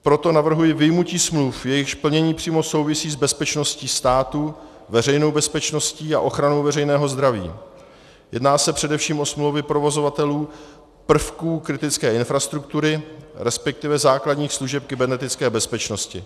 Proto navrhuji vyjmutí smluv, jejichž plnění přímo souvisí s bezpečností státu, veřejnou bezpečností a ochranou veřejného zdraví, jedná se především o smlouvy provozovatelů prvků kritické infrastruktury, respektive základních služeb kybernetické bezpečnosti.